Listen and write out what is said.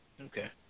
Okay